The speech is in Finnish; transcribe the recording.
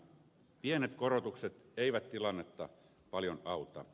pienet korotukset eivät tilannetta paljon auta